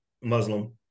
muslim